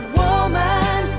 woman